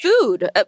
food